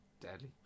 deadly